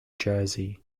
jersey